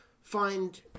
find